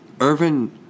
Irvin